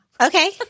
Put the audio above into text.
Okay